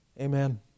Amen